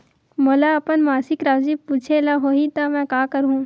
मोला अपन मासिक राशि पूछे ल होही त मैं का करहु?